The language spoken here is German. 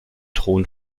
thron